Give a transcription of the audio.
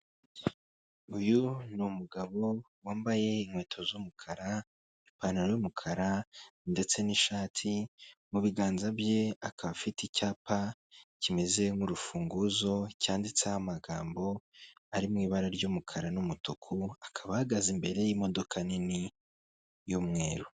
Uyu ni umugabo wambaye inkweto z'umukara ipantaro y'umukara ndetse n'ishati, mu biganza bye akaba afite icyapa kimeze nk'urufunguzo cyanditseho amagambo ari mu ibara ry'umukara n'umutuku, akaba ahagaze imbere y'imodoka nini y'umweru.